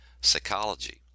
Psychology